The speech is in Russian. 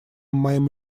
моим